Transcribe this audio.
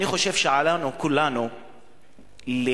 אני